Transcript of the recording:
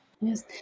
Yes